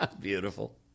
Beautiful